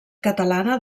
catalana